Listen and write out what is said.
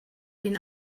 been